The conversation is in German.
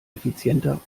effizienter